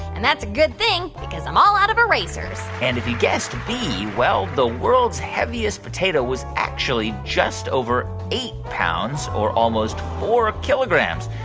and that's a good thing because i'm all out of erasers and if you guessed b, well, the world's heaviest potato was actually just over eight pounds or almost four kilograms.